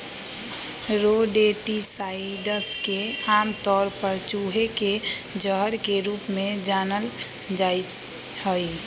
rodenticides के आमतौर पर चूहे के जहर के रूप में जानल जा हई